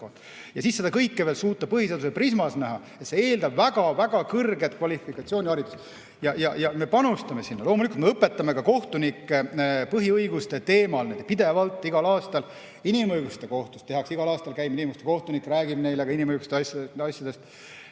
Ja seda kõike veel suuta põhiseaduse prismas näha – see eeldab väga-väga kõrget kvalifikatsiooni, haridust. Ja me panustame sinna. Loomulikult me õpetame ka kohtunikke põhiõiguste teemal pidevalt. Inimõiguste kohtust käib igal aastal inimõiguste kohtunik, räägib neile inimõiguste asjadest.